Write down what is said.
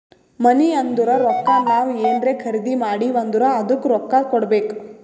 ಮನಿ ಅಂದುರ್ ರೊಕ್ಕಾ ನಾವ್ ಏನ್ರೇ ಖರ್ದಿ ಮಾಡಿವ್ ಅಂದುರ್ ಅದ್ದುಕ ರೊಕ್ಕಾ ಕೊಡ್ಬೇಕ್